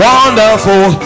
Wonderful